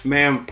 Ma'am